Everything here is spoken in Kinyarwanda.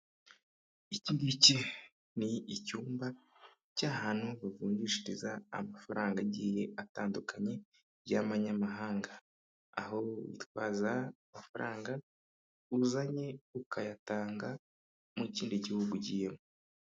Ikingiki ni icyumba, cy'ahantu bavunjishiriza amafaranga agiye atandukanye, y'amanyamahanga, aho witwaza amafaranga uzanye, ukayatanga mu kindi gihugu ugiyemo.